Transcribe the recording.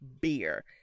beer